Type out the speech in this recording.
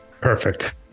Perfect